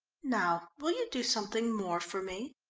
now will you do something more for me?